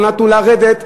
לא נתנו לרדת,